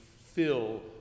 fill